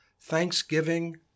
Thanksgiving